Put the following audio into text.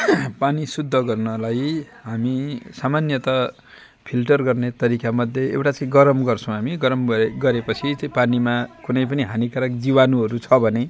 पानी शुद्ध गर्नलाई हामी सामान्यत फिल्टर गर्ने तरिकामध्ये एउटा चाहिँ गरम गर्छौँ हामी गरम भए गरेपछि पानीमा कुनै पनि हानीकारक जीवाणुहरू छ भने